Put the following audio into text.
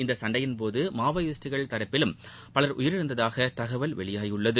இந்த சண்டையின்போது மாவோயிஸ்ட்டுகள் தரப்பிலும் பலர் உயிரிழந்ததாக தகவல் வெளியாகியுள்ளது